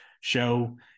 show